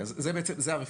בעצם זו הרפורמה,